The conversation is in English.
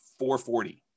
440